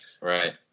right